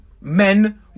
Men